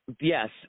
Yes